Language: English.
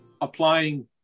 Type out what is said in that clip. applying